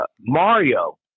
Mario